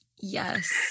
Yes